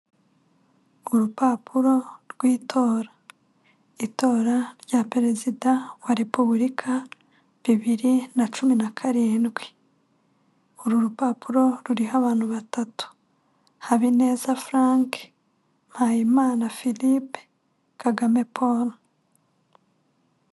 Urupapuro rw'itora. Itora rya Perezida wa Repubulika, bibiri na cumi na karindwi. Uru rupapuro ruriho abantu batatu; Habineza Frank, Mpayimana Philipe, Kagame Paul.